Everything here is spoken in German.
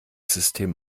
system